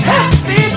Happy